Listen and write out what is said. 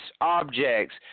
objects